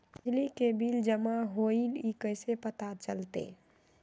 बिजली के बिल जमा होईल ई कैसे पता चलतै?